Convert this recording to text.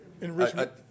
Enrichment